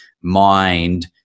mind